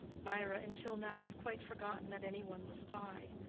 mirah until now had quite forgotten that any one was by,